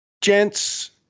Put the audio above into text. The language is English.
gents